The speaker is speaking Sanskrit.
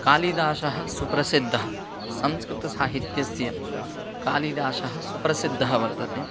कालिदासः सुप्रसिद्धः संस्कृतसाहित्यस्य कालिदासः सुप्रसिद्धः वर्तते